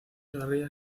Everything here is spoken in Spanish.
guerrillas